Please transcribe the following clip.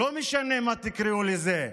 לא משנה איך תקראו לזה,